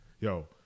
Yo